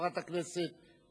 חברת הכנסת תירוש.